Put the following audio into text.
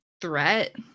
threat